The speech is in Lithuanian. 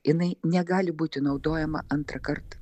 jinai negali būti naudojama antrąkart